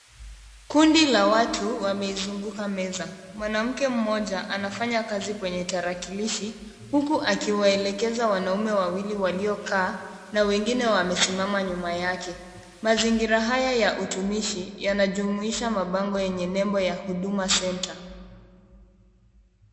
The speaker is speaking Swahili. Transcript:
Kundi la watu wameizunguka meza. Mwanamke mmoja anafanya kazi kwenye tarakilishi huku akiwaelekeza wanaume wawili waliokaa na wengine wamesimama nyuma yake. Mazingira haya ya utumishi yanajumuisha mabango yenye nembo ya Huduma Centre.